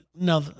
No